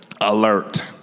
Alert